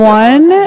one